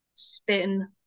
spin